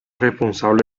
responsable